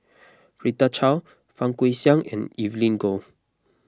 Rita Chao Fang Guixiang and Evelyn Goh